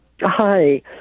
Hi